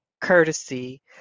courtesy